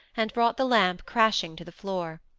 and brought the lamp crashing to the floor.